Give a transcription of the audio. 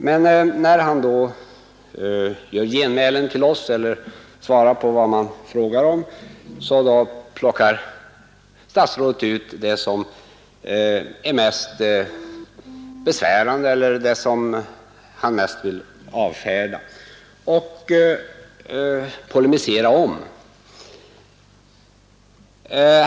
Men när statsrådet lämnar genmälen till oss eller svarar på vad man frågar om, plockar han ut det som är mest besvärande eller det som han helst vill avfärda eller polemisera mot.